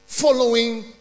following